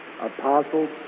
apostles